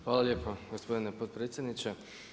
Hvala lijepa gospodin potpredsjedniče.